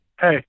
hey